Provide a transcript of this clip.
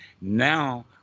now